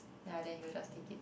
ya then he will just take it